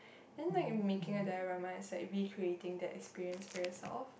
then like making the dilemma is like recreating that experience for yourself